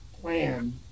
plan